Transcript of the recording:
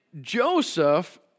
Joseph